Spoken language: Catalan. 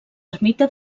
ermita